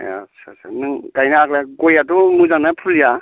ए आच्चा आच्चा नों गायनो आग्लायनाय गयाथ' मोजांना फुलिया